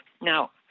Now